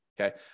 okay